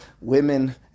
women